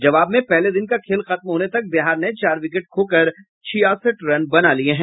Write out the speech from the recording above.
जबाव में पहले दिन का खेल खत्म होने तक बिहार ने चार विकेट खोकर छियासठ रन बना लिये हैं